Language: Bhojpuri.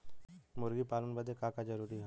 मुर्गी पालन बदे का का जरूरी ह?